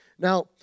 Now